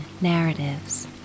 narratives